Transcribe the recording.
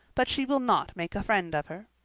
but she will not make a friend of her.